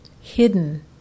hidden